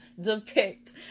depict